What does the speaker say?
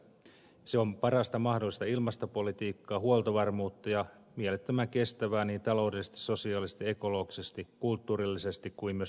se on parasta mahdollista ilmastopolitiikkaa huoltovarmuutta ja mielettömän kestävää niin taloudellisesti sosiaalisesti ekologisesti kulttuurillisesti kuin myös eettisesti